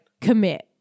commit